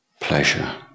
pleasure